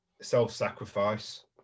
self-sacrifice